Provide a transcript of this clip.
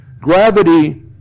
Gravity